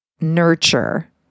nurture